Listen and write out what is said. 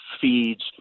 feeds